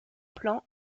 plan